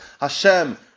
Hashem